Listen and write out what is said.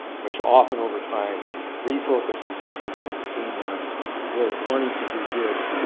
which often over time refocuses people who came on board wanting to do good,